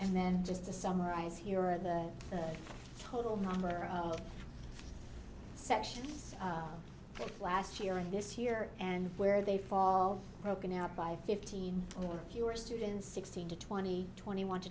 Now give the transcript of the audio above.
and then just to summarize here are the total number of sections last year and this year and where they fall broken out by fifteen or fewer students sixteen to twenty twenty one